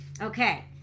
Okay